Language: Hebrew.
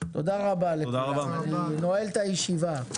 תודה רבה לכולם, אני נועל את הישיבה.